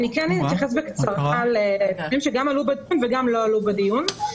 אני כן אתייחס בקצרה לדברים שגם עלו בדיון וגם לא עלו בדיון,